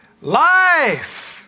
life